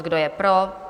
Kdo je pro?